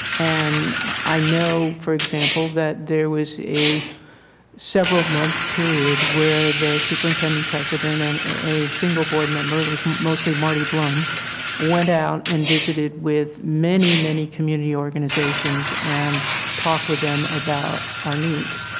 and i know for example, that there was a several month period where the superintendent president and a single board member who is mostly marty blum went out and visited with many, many community organizations and talk with them about our needs.